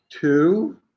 two